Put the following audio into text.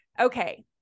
okay